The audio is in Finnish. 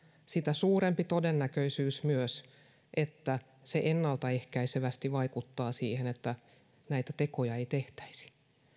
sitä suurempi todennäköisyys myös että se ennaltaehkäisevästi vaikuttaa siihen että näitä tekoja ei tehtäisi